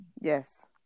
Yes